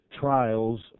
trials